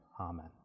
Amen